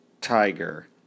tiger